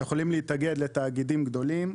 יכולים להתאגד לתאגידים גדולים.